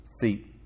feet